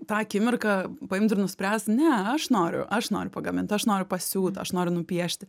tą akimirką paimt ir nuspręst ne aš noriu aš noriu pagamint aš noriu pasiūt aš noriu nupiešti